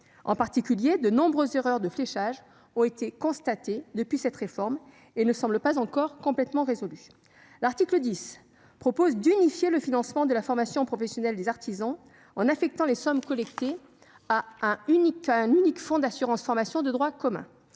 En particulier, les nombreuses erreurs de fléchage constatées depuis cette réforme ne semblent pas encore résolues. L'article 10 prévoit d'unifier le financement de la formation professionnelle des artisans en affectant les sommes collectées à un unique fonds d'assurance formation de droit commun.